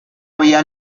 había